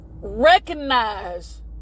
recognize